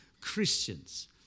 Christians